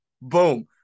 Boom